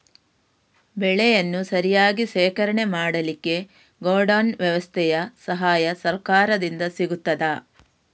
ಬೆಳೆಯನ್ನು ಸರಿಯಾಗಿ ಶೇಖರಣೆ ಮಾಡಲಿಕ್ಕೆ ಗೋಡೌನ್ ವ್ಯವಸ್ಥೆಯ ಸಹಾಯ ಸರಕಾರದಿಂದ ಸಿಗುತ್ತದಾ?